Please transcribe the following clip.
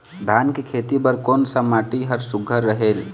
धान के खेती बर कोन सा माटी हर सुघ्घर रहेल?